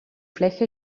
fläche